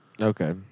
Okay